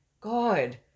God